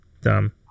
dumb